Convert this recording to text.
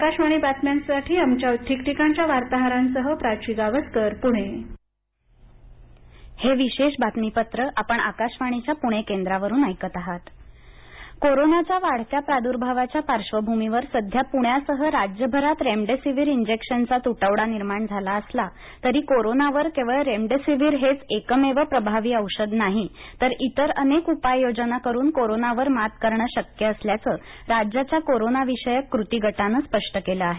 आकाशवाणी बातम्यांसाठी आमच्या ठीकठिकाणच्या वार्ताहरांसह प्राची गावरूकर पुणे कोरोना कती गट कोरोनाच्या वाढत्या प्रादुर्भावाच्या पार्श्वभूमीवर सध्या पुण्यासह राज्यभरात रेम डेसिव्हिर इंजेक्शनचा तुटवडा निर्माण झाला असला तरी कोरोनावर केवळ रेम डेसिव्हिर हेच एकमेव प्रभावी औषध नाही तर इतर अनेक उपाय योजना करून कोरोनावर मात करणे शक्य असल्याचं राज्याच्या कोरोनाविषयक कृती गटानं स्पष्ट केलं आहे